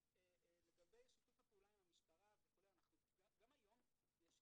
לגבי שיתופי פעולה עם המשטרה גם היום יש,